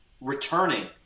returning